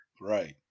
Right